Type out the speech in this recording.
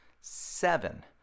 seven